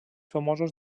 famosos